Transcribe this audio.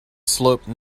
slope